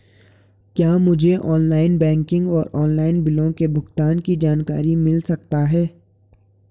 क्या मुझे online banking और ऑनलाइन बिलों के भुगतान की जानकारी मिल सकता है?